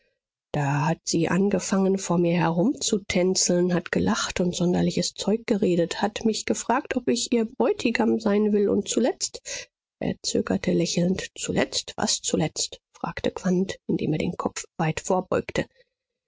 da hat sie angefangen vor mir herumzutänzeln hat gelacht und sonderliches zeug geredet hat mich gefragt ob ich ihr bräutigam sein will und zuletzt er zögerte lächelnd zuletzt was zuletzt fragte quandt indem er den kopf weit